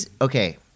Okay